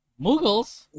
Mughals